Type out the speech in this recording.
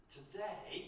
Today